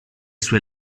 sue